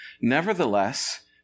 Nevertheless